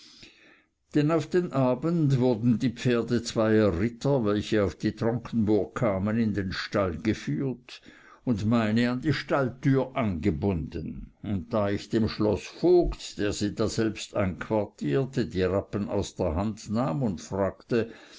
denn auf den abend wurden die pferde zweier ritter welche auf die tronkenburg kamen in den stall geführt und meine an die stalltüre angebunden und da ich dem schloßvogt der sie daselbst einquartierte die rappen aus der hand nahm und fragte